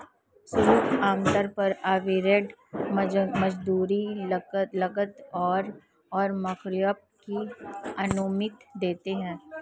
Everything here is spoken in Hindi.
शुल्क आमतौर पर ओवरहेड, मजदूरी, लागत और मार्कअप की अनुमति देते हैं